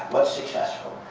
but successful?